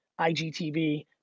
igtv